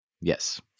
Yes